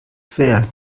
schwer